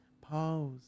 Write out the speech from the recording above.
pause